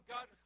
God